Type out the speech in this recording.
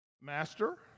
Master